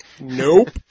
Nope